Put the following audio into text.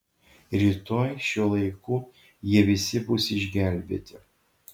rytoj šiuo laiku jie visi bus išgelbėti